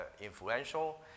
influential